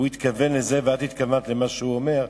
הוא התכוון לזה ואת התכוונת למה שהוא אומר.